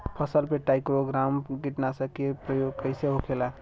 फसल पे trichogramma कीटनाशक के प्रयोग कइसे होखेला?